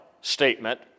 statement